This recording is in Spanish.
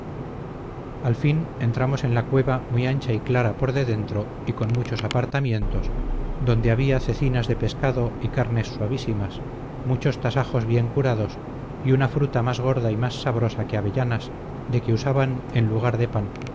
al fin entramos en la cueva muy ancha y clara por de dentro y con muchos apartamientos donde había cecinas de pescado y carne suavísimas muchos tasajos bien curados y una fruta más gorda y más sabrosa que avellanas de que usaban en lugar de pan